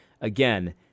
Again